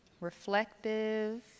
reflective